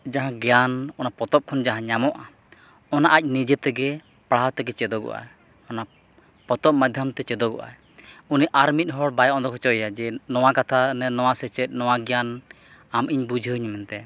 ᱡᱟᱦᱟᱸ ᱜᱮᱭᱟᱱ ᱚᱱᱟ ᱯᱚᱛᱚᱵ ᱠᱷᱚᱱ ᱡᱟᱦᱟᱸ ᱧᱟᱢᱚᱜᱼᱟ ᱚᱱᱟ ᱟᱡ ᱱᱤᱡᱮᱛᱮᱜᱮ ᱯᱟᱲᱦᱟᱣ ᱛᱮᱜᱮ ᱪᱮᱫᱚᱜᱚᱜᱼᱟ ᱚᱱᱟ ᱯᱚᱛᱚᱵ ᱢᱟᱫᱽᱫᱷᱚᱢᱛᱮ ᱪᱮᱫᱚᱜᱚᱜᱼᱟ ᱩᱱᱤ ᱟᱨ ᱢᱤᱫ ᱦᱚᱲ ᱵᱟᱭ ᱚᱰᱚᱠ ᱦᱚᱪᱚᱣᱟᱭᱟ ᱡᱮ ᱱᱚᱣᱟ ᱠᱟᱛᱷᱟ ᱱᱚᱣᱟ ᱥᱮᱪᱮᱫ ᱱᱚᱣᱟ ᱜᱮᱭᱟᱱ ᱟᱢ ᱤᱧ ᱵᱩᱡᱷᱟᱹᱣᱤᱧ ᱢᱮᱱᱛᱮ